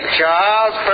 Charles